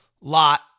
lot